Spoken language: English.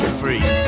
free